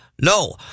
no